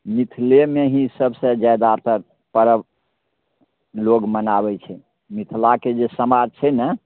मिथिलेमे ही सबसे जादातर परब लोक मनाबै छै मिथिलाके जे समाज छै ने